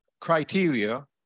criteria